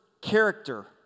character